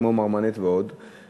כמו "מרמנת" ועוד.